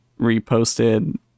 reposted